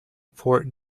port